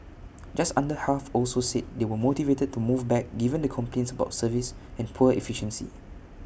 just under half also said they were motivated to move back given the complaints about service and poor efficiency